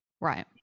right